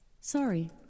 Sorry